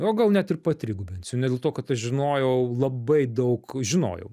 o gal net ir patrigubinsiu ne dėl to kad aš žinojau labai daug žinojau